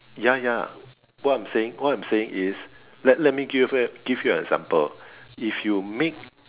ya ya what I'm saying what I'm saying is let let me give give you an example if you make